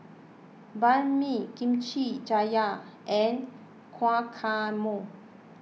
Banh Mi Kimchi Jjigae and Guacamole